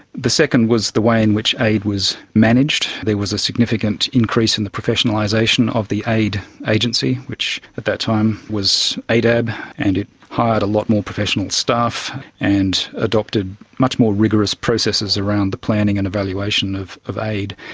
the second was the way in which aid was managed. there was a significant increase in the professionalisation of the aid agency which at that time was aidab and it hired a lot more professional staff and adopted much more rigorous processes around the planning and evaluation of of aid.